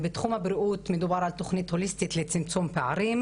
בתחום הבריאות מדובר על תוכנית הוליסטית לצמצום פערים